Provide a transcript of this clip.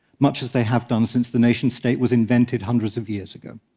much as they have done since the nation-state was invented hundreds of years ago.